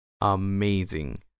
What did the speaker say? amazing